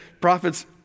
prophets